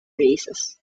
races